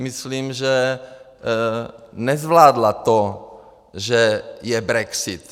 Myslím si, že nezvládla to, že je brexit.